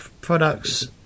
products